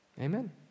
amen